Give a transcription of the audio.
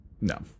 no